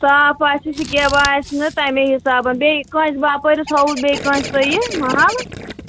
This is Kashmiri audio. صاف آسہِ سِکیب آسہِ نہٕ تَمے حِسابَن بیٚیہِ کٲنسہِ باپٲرِس ہووُ بیٚیہِ کٲنسہِ تۄہہِ یہِ مال